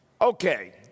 Okay